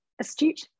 astute